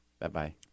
Bye-bye